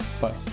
Bye